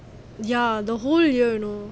ya the whole year you know